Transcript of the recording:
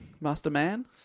masterman